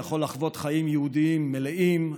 יכול לחוות חיים יהודיים מלאים,